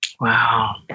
Wow